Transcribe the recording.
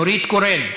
נורית קורן,